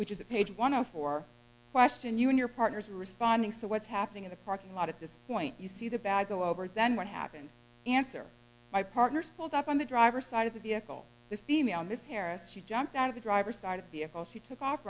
which is a page one a for question you and your partners responding to what's happening in the parking lot at this point you see the bag go over and then what happened answer my partner's pulled up on the driver side of the vehicle the female miss harris she jumped out of the driver's side vehicle she took off